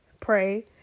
pray